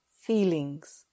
feelings